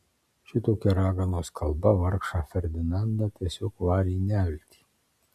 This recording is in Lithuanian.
šitokia raganos kalba vargšą ferdinandą tiesiog varė į neviltį